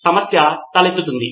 మరియు అది ఏకకాలంలో జరుగుతోంది